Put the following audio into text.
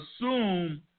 assume